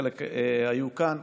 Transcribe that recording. חלקן היו כאן,